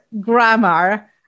grammar